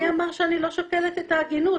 מי אמר שאני לא שוקלת את ההגינות?